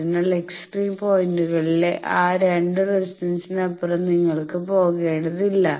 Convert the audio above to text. അതിനാൽ എക്സ്ട്രീം പോയിന്റുകളിലെ ആ 2 റെസിസ്റ്റൻസിനപ്പുറം നിങ്ങൾക്ക് പോകേണ്ടതില്ല